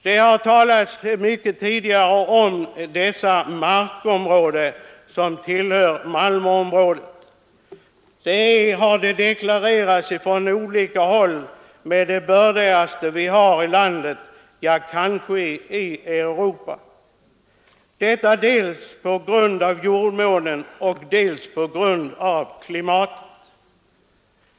Det har talats mycket här tidigare om dessa markområden, som tillhör Malmöregionen. Det har deklarerats från olika håll att denna mark är den bördigaste i landet — ja, kanske i Europa — detta dels på grund av jordmånen, dels på grund av klimatet.